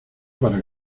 para